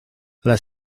las